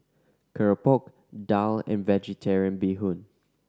keropok daal and Vegetarian Bee Hoon